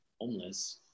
homeless